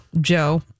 Joe